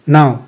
Now